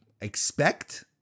expect